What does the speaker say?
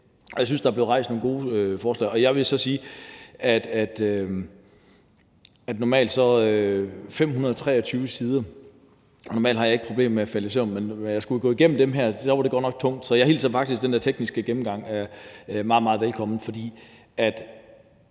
jeg synes, der er nogle gode forslag. Og jeg vil sige, i forhold til at der er 523 sider, at normalt har jeg ikke noget problem med at falde i søvn, men da jeg skulle læse alt det her, var det godt nok tungt. Så jeg hilser faktisk den tekniske gennemgang meget, meget velkommen,